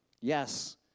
Yes